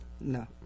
No